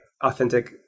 authentic